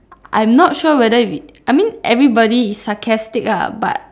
I'm not sure whether we I mean everybody is sarcastic lah but